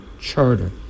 charter